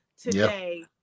today